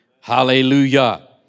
Hallelujah